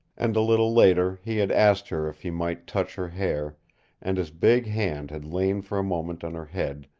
and a little later he had asked her if he might touch her hair and his big hand had lain for a moment on her head,